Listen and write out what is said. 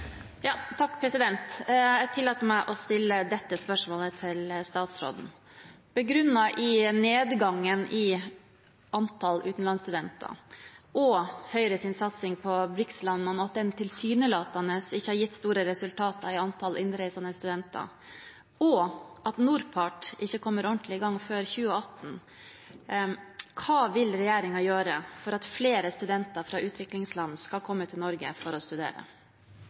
satsing på BRICS-landene tilsynelatende ikke har gitt store resultater i antallet innreisende studenter, og at NORPART ikke kommer ordentlig i gang før etter 2018, hva vil regjeringen gjøre for at flere studenter fra utviklingsland skal komme til Norge for å studere?»